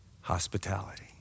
hospitality